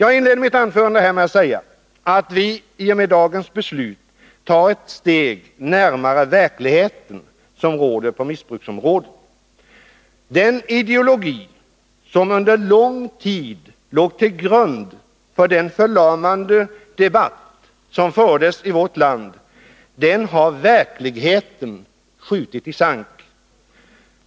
Jaginledde mitt anförande med att säga att vi med dagens beslut tar ett steg närmare den verklighet som råder på missbruksområdet. Den ideologi som under lång tid låg till grund för den förlamande debatt som fördes i vårt land har verkligheten skjutit i sank.